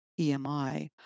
EMI